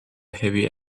heavy